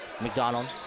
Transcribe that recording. McDonald